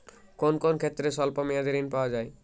কোন কোন ক্ষেত্রে স্বল্প মেয়াদি ঋণ পাওয়া যায়?